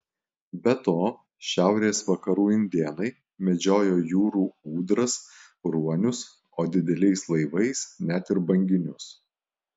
be to šiaurės vakarų indėnai medžiojo jūrų ūdras ruonius o dideliais laivais net ir banginius